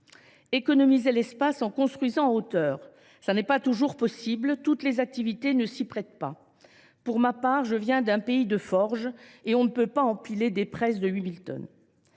Économiser l’espace en construisant en hauteur n’est pas toujours possible : toutes les activités ne s’y prêtent pas. Pour ma part, je viens d’un pays de forges ; on n’empile pas les unes sur les autres des presses de 8 000 tonnes.